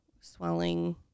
swelling